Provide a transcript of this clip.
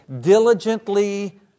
diligently